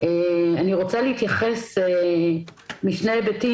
אני רוצה להתייחס משני היבטים.